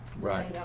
Right